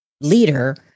leader